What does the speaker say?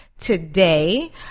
Today